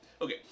Okay